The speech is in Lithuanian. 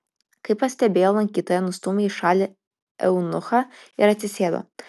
kai pastebėjo lankytoją nustūmė į šalį eunuchą ir atsisėdo